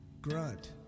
Grunt